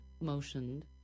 motioned